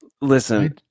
Listen